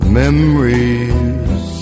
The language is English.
memories